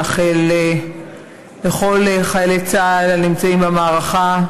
לאחל לכל חיילי צה"ל הנמצאים במערכה,